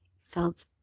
Felt